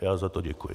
Já za to děkuji.